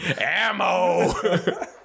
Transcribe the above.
ammo